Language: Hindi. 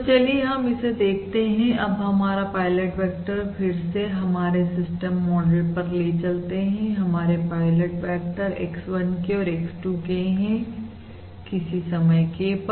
तो चलिए हम इसे देखते हैं अब हमारा पायलट वेक्टर फिर से हमारे सिस्टम मॉडल पर ले चलते हैं हमारे पायलट वेक्टर x1k और x2 k है किसी समय k पर